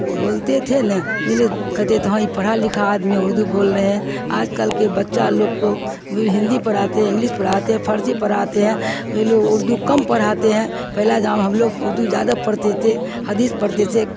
بولتے تھے نہ م لے کہتے تھیں پڑھا لکھا آدمی اردو بول رہے ہیں آج کل کے بچہ لوگ کو ہندی پڑاتے ہیں انگلش پڑھاتے ہیں فرسی پڑھاتے ہیں وہ لوگ اردو کم پڑھاتے ہیں پہلا جام ہم لوگ اردو زیادہ پڑھتے تھے حدیث پڑھتے تھے